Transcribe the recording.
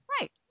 Right